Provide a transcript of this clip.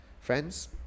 Friends